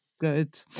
good